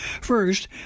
First